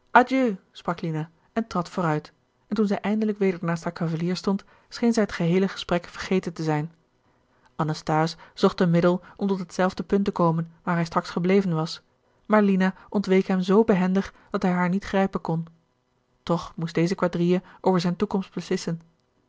en trad vooruit en toen zij eindelijk weder naast haar cavalier stond scheen zij het geheele gesprek vergeten te zijn anasthase zocht een middel om tot hetzelfde punt te komen waar hij straks gebleven was maar lina ontweek hem zoo behendig dat hij haar niet grijpen kon toch moest deze quadrille over zijn toekomst beslissen